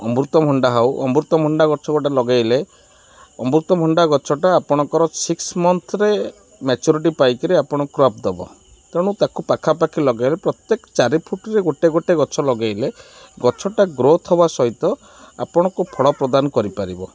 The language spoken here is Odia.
ଅମୃତଭଣ୍ଡା ହେଉ ଅମୃତଭଣ୍ଡା ଗଛ ଗୋଟେ ଲଗେଇଲେ ଅମୃତଭଣ୍ଡା ଗଛଟା ଆପଣଙ୍କର ସିକ୍ସ ମନ୍ଥରେ ମ୍ୟାଚୁରିଟି ପାଇକିରି ଆପଣଙ୍କୁ କ୍ରପ୍ ଦେବ ତେଣୁ ତାକୁ ପାଖାପାଖି ଲଗେଇଲେ ପ୍ରତ୍ୟେକ ଚାରି ଫୁଟ୍ରେ ଗୋଟେ ଗୋଟେ ଗଛ ଲଗେଇଲେ ଗଛଟା ଗ୍ରୋଥ୍ ହେବା ସହିତ ଆପଣଙ୍କୁ ଫଳ ପ୍ରଦାନ କରିପାରିବ